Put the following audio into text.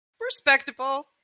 Respectable